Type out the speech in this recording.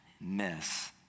miss